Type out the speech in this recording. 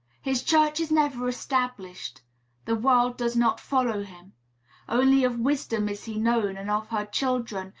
his church is never established the world does not follow him only of wisdom is he known, and of her children,